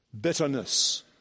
Bitterness